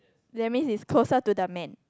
that means is closer to the man